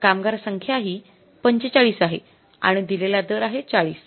कामगार संख्या हि ४५ आहे आणि दिलेला दर आहे ४०